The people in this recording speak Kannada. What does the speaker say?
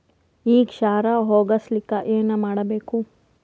ಈ ಕ್ಷಾರ ಹೋಗಸಲಿಕ್ಕ ಏನ ಮಾಡಬೇಕು?